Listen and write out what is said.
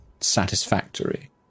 satisfactory